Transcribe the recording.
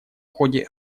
ходе